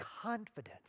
confidence